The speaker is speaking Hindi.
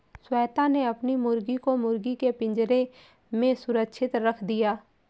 श्वेता ने अपनी मुर्गी को मुर्गी के पिंजरे में सुरक्षित रख दिया